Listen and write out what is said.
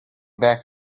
back